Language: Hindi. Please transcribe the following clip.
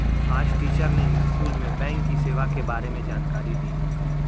आज टीचर ने स्कूल में बैंक की सेवा के बारे में जानकारी दी